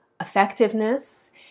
effectiveness